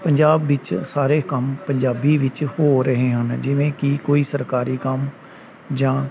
ਪੰਜਾਬ ਵਿੱਚ ਸਾਰੇ ਕੰਮ ਪੰਜਾਬੀ ਵਿੱਚ ਹੋ ਰਹੇ ਹਨ ਜਿਵੇਂ ਕਿ ਕੋਈ ਸਰਕਾਰੀ ਕੰਮ ਜਾਂ